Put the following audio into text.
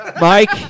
Mike